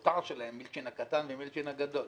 הכותר שלהם מילצ'ן הקטן ומילצ'ן הגדול.